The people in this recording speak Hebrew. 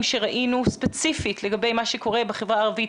שראינו ספציפית לגבי מה שקורה בחברה הערבית,